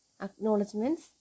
acknowledgements